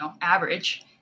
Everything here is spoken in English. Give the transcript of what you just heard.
average